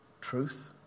truth